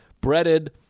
breaded